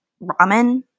ramen